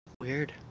weird